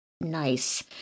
nice